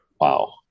Wow